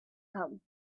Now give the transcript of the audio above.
come